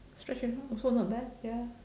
stretch at home also not bad ya